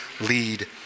lead